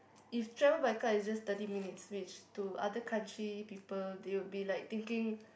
if travel by car it's just thirty minutes which to other country people they would be like thinking